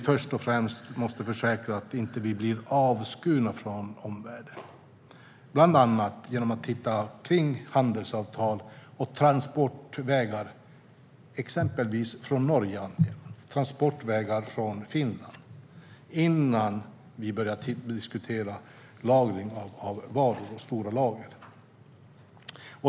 Först och främst måste vi försäkra oss om att vi inte blir avskurna från omvärlden, bland annat genom att se på handelsavtal och transportvägar från exempelvis Norge och Finland, innan vi börjar diskutera lagring av varor i stora lager.